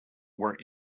were